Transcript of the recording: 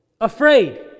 afraid